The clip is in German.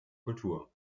kultur